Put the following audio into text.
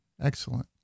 Excellent